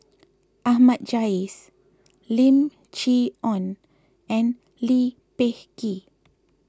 Ahmad Jais Lim Chee Onn and Lee Peh Gee